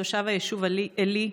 תושב היישוב עלי,